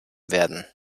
werden